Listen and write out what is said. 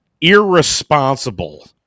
irresponsible